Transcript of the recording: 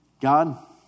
God